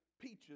peaches